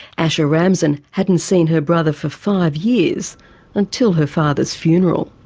asha ramzan hadn't seen her brother for five years until her father's funeral.